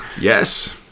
Yes